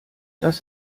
das